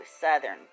southern